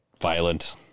violent